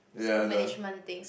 yeah the